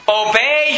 obey